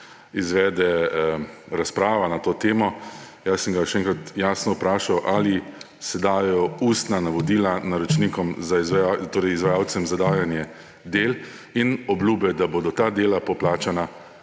izvede razprava na to temo. Jaz sem ga še enkrat jasno vprašal, ali se dajejo ustna navodila izvajalcem za dajanje del in obljube, da bodo ta dela poplačana